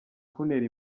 kuntera